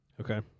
Okay